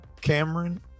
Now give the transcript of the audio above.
Cameron